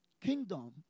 Kingdom